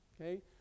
Okay